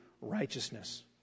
righteousness